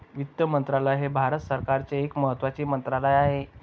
वित्त मंत्रालय हे भारत सरकारचे एक महत्त्वाचे मंत्रालय आहे